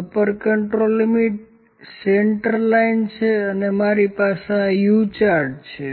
upper control લિમિટા centre line છે અને અને મારી પાસે આ U ચાર્ટ છે